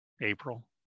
april